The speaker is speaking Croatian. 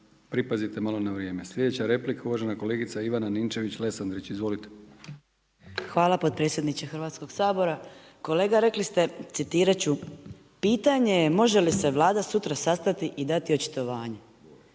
pripazite malo na vrijeme. Sljedeća replika uvažena kolegica Ivana Ninčević-Lesandrić, izvolite. **Ninčević-Lesandrić, Ivana (MOST)** Hvala potpredsjedniče Hrvatskoga sabora. Kolega rekli ste, citirati ću: „Pitanje je može li se Vlada sutra sastati i dati očitovanje.“.